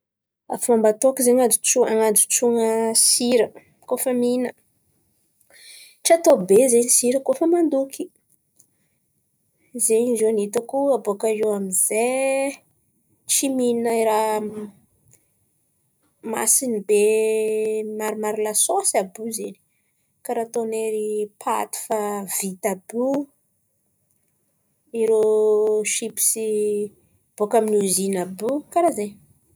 Fômba ataoko zen̈y ajotsoana an̈ajotsoana sira koa fa mihinà? Tsy atao be zen̈y sira kôa fa mandoky zen̈y ziô no hitako abôkà eo amin'zay tsy mihina raha masin̈y be maromaro lasôsy àby io zen̈y. Karà ataon̈'ery paty fa vita àby io, irô shipsy bôkà amy ny ozin̈y àby io, karà zen̈y.